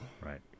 Right